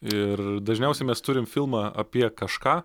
ir dažniausiai mes turim filmą apie kažką